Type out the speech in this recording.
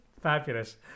Fabulous